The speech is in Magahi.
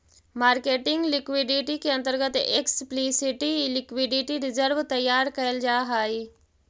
मार्केटिंग लिक्विडिटी के अंतर्गत एक्सप्लिसिट लिक्विडिटी रिजर्व तैयार कैल जा हई